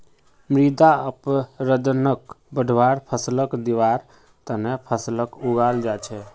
मृदा अपरदनक बढ़वार फ़सलक दिबार त न फसलक उगाल जा छेक